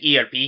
ERP